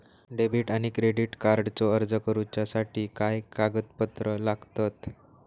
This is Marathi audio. डेबिट आणि क्रेडिट कार्डचो अर्ज करुच्यासाठी काय कागदपत्र लागतत?